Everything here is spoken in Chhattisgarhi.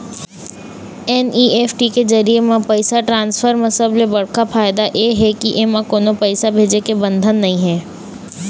एन.ई.एफ.टी के जरिए म पइसा ट्रांसफर म सबले बड़का फायदा ए हे के एमा कोनो पइसा भेजे के बंधन नइ हे